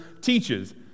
teaches